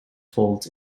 folds